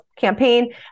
campaign